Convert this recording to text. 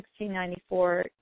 1694